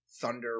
Thunder